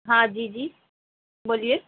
ہاں جی جی بولیے